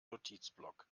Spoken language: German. notizblock